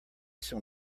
some